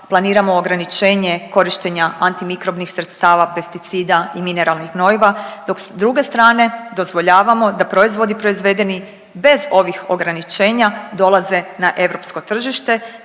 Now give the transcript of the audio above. planiramo ograničenje korištenja antimikrobnih sredstava, pesticida i mineralnih gnojiva dok s druge strane dozvoljavamo da proizvodi proizvedeni bez ovih ograničenja dolaze na europsko tržište.